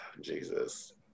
Jesus